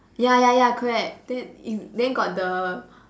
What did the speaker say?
ya ya ya correct then it then got the